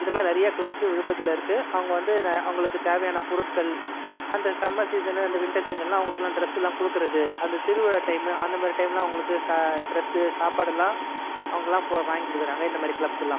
இது மாதிரி நிறைய கிளப்ஸ் விழுப்புரத்தில் இருக்குது அவங்க வந்து அவங்களுக்கு தேவையான பொருட்கள் அந்த சம்மர் சீசனு அந்த விண்டர் சீசனு அவங்களுக்கெலாம் டிரஸ்லாம் கொடுக்கறது அந்த திருவிழா டைம் அந்த மாதிரி டைம்லாம் அவங்களுக்கு டிரஸ் சாப்பாடு எல்லாம் அவங்களாம் வாங்கி கொடுக்கறாங்க இந்த மாதிரி கிளப்ஸ் எல்லாம்